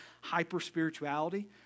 hyper-spirituality